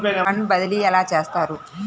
Fund బదిలీ ఎలా చేస్తారు?